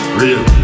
real